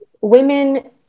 women